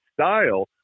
style